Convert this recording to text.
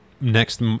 next